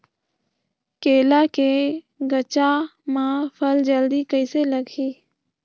केला के गचा मां फल जल्दी कइसे लगही?